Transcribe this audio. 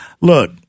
Look